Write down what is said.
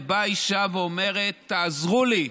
ובאה האישה ואומרת: תעזרו לי.